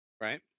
Right